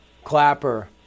Clapper